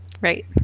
Right